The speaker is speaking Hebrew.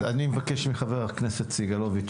אז אני מבקש מחבר הכנסת סגלוביץ',